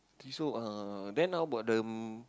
I think so uh then how about the um